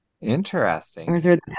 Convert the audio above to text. interesting